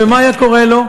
ומה היה קורה לו?